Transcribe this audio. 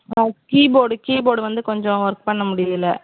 அது keyboard keyboard வந்து கொஞ்சம் ஒர்க் பண்ண முடியல